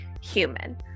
human